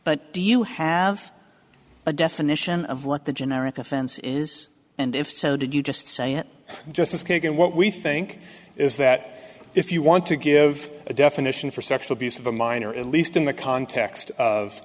but do you have a definition of what the generic offense is and if so did you just say it justice kagan what we think is that if you want to give a definition for sexual abuse of a minor at least in the context